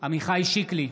עמיחי שיקלי,